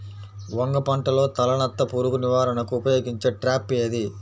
వంగ పంటలో తలనత్త పురుగు నివారణకు ఉపయోగించే ట్రాప్ ఏది?